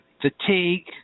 Fatigue